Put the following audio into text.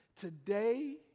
today